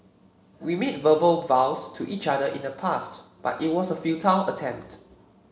we made verbal vows to each other in the past but it was a futile attempt